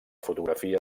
fotografia